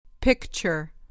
Picture